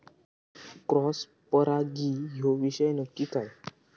Cross परागी ह्यो विषय नक्की काय?